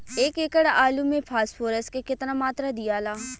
एक एकड़ आलू मे फास्फोरस के केतना मात्रा दियाला?